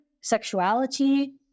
sexuality